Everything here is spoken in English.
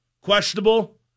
questionable